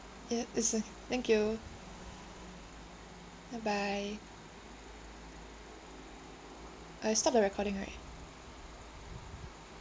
ya it's okay thank you bye bye I stop the recording right